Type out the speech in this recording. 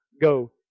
go